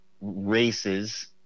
races